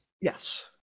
Yes